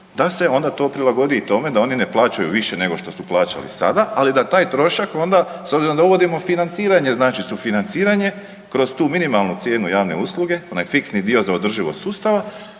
da se onda to prilagodi tome da oni ne plaćaju više nego što su plaćali sada, ali da taj trošak onda s obzirom da uvodimo financiranje, znači sufinanciranje kroz tu minimalnu cijenu javne usluge, onaj fiksni dio za održivost sustava,